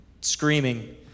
screaming